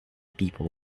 people